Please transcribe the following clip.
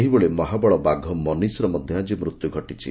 ସେହିଭଳି ମହାବଳବାଘ ମନୀଷର ମଧ୍ଧ ଆଜି ମୃତ୍ୟୁ ଘଟିଛି